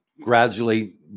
gradually